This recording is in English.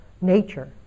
nature